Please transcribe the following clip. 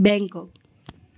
Bangkok